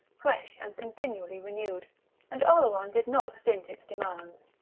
fresh and continually renewed and oleron did not stint its demands.